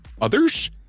others